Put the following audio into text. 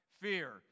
fear